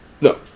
No